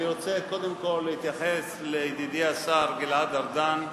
אני רוצה קודם כול להתייחס לידידי השר גלעד ארדן,